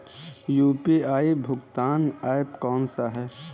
UPI भुगतान app कौन सा है?